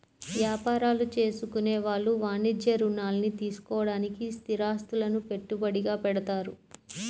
యాపారాలు చేసుకునే వాళ్ళు వాణిజ్య రుణాల్ని తీసుకోడానికి స్థిరాస్తులను పెట్టుబడిగా పెడతారు